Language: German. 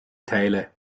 teile